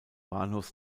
bahnhof